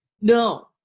No